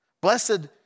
Blessed